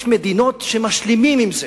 יש מדינות שהם משלימים עם זה.